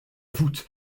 voûte